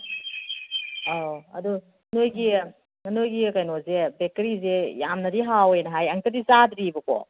ꯑꯧ ꯑꯗꯣ ꯅꯣꯏꯒꯤ ꯅꯣꯏꯒꯤ ꯀꯩꯅꯣꯁꯦ ꯕꯦꯛꯀꯔꯤꯁꯦ ꯌꯥꯝꯅꯗꯤ ꯍꯥꯎꯋꯦꯅ ꯍꯥꯏ ꯑꯝꯇꯗꯤ ꯆꯥꯗ꯭ꯔꯤꯕꯀꯣ